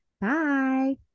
Bye